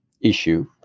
issue